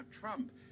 Trump